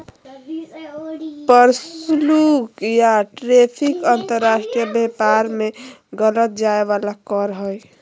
प्रशुल्क या टैरिफ अंतर्राष्ट्रीय व्यापार में लगल जाय वला कर हइ